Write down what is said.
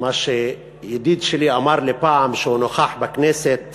מה שידיד שלי אמר לי פעם, כשהוא נכח בכנסת